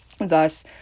Thus